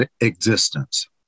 existence